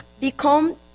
become